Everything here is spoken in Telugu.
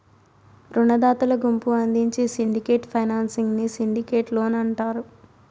రునదాతల గుంపు అందించే సిండికేట్ ఫైనాన్సింగ్ ని సిండికేట్ లోన్ అంటారు